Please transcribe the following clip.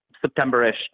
September-ish